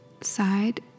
side